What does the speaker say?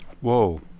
Whoa